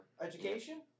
education